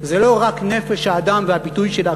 זה לא רק נפש האדם והביטוי שלה,